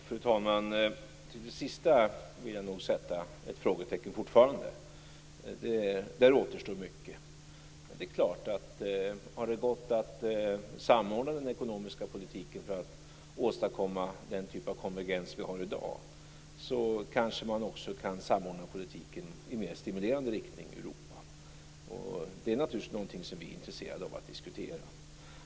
Fru talman! Jag vill nog fortfarande sätta ett frågetecken för det sista. Där återstår mycket, men det är klart att om det har gått att samordna den ekonomiska politiken för att åstadkomma den typ av konvergens vi har i dag, kan man kanske också samordna politiken i en mer stimulerande riktning i Europa. Det är naturligtvis någonting som vi är intresserade av att diskutera.